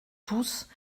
tous